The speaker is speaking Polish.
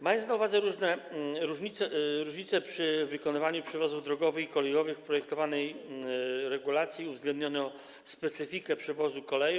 Mając na uwadze różnice przy wykonywaniu przewozów drogowych i kolejowych, w projektowanej regulacji uwzględniono specyfikę przewozu koleją.